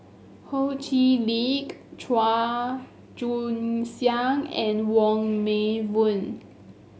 Ho Chee Lick Chua Joon Siang and Wong Meng Voon